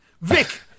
Vic